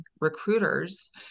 recruiters